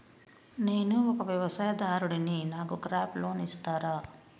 నేను ఒక వ్యవసాయదారుడిని నాకు క్రాప్ లోన్ ఇస్తారా?